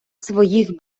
своїх